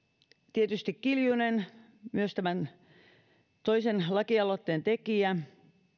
tietysti kiljunen myös tämän toisen lakialoitteen tekijä